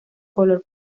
color